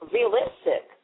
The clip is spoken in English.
Realistic